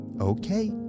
Okay